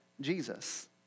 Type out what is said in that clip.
Jesus